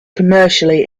commercially